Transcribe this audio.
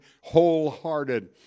wholehearted